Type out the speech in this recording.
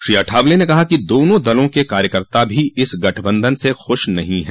श्री अठावले ने कहा कि दोनों दलों के कार्यकर्ता भी इस गठबंधन से खश नहीं हैं